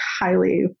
highly